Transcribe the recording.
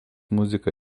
muziką